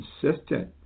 consistent